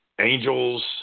angels